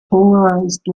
polarized